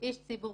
קהל,